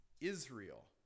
Israel